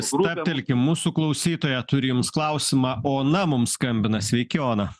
stabtelkim mūsų klausytoja turi jums klausimą ona mums skambina sveiki ona